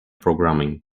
programming